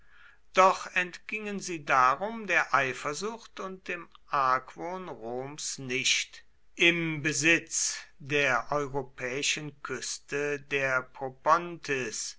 doch entgingen sie darum der eifersucht und dem argwohn roms nicht im besitz der europäischen küste der propontis